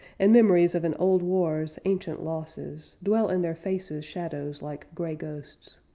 and memories of an old war's ancient losses, dwell in their faces' shadows like gray ghosts.